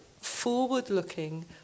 forward-looking